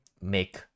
make